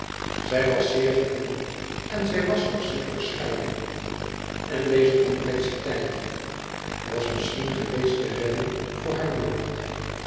zij was zeer geheel en zij was toch zeer verscheiden en deze complexiteit was misschien geweest de redding voor hare jeugd